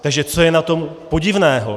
Takže co je na tom podivného?